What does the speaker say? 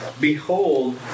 Behold